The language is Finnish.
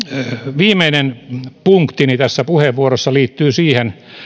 viimeinen punktini tässä puheenvuorossa liittyy siihen